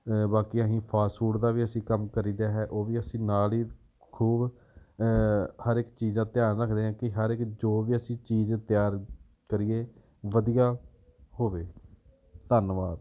ਬਾਕੀ ਅਸੀਂ fast food ਦਾ ਵੀ ਅਸੀਂ ਕੰਮ ਕਰੀਦਾ ਹੈ ਉਹ ਵੀ ਅਸੀਂ ਨਾਲ ਹੀ ਖੂਬ ਹਰ ਇੱਕ ਚੀਜ਼ ਦਾ ਧਿਆਨ ਰੱਖਦੇ ਹਾਂ ਕਿ ਹਰ ਇੱਕ ਜੋ ਵੀ ਅਸੀਂ ਚੀਜ਼ ਤਿਆਰ ਕਰੀਏ ਵਧੀਆ ਹੋਵੇ ਧੰਨਵਾਦ